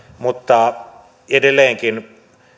mutta edelleenkin